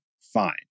fine